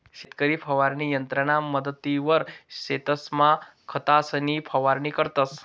शेतकरी फवारणी यंत्रना मदतवरी शेतसमा खतंसनी फवारणी करतंस